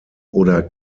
oder